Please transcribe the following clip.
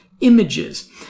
images